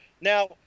Now